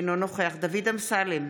אינו נוכח דוד אמסלם,